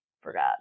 forgot